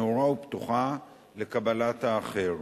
נאורה ופתוחה לקבלת האחר.